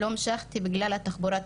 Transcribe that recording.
לא המשכתי בגלל התחבורה הציבורית.